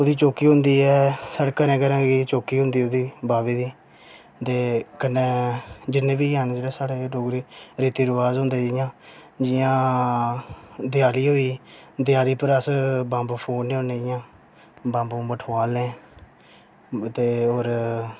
ओह्दी चौकी होंदी ऐ स्हाड़े घरें घरें गी चौकी होंदी ओह्दी बावे दी ते कन्नै जिन्ने बी एह् न जेह्ड़े साढ़े डोगरे रीति रिवाज होंदे जियां जियां देयाली होई गेई देयाली पर अस बम्ब फोड़ने होन्ने जियां बम्ब बुम्ब ठोआलने ते होर